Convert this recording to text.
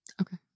Okay